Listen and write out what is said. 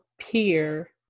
peer